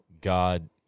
God